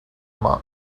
monk